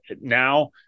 now